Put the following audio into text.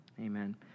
Amen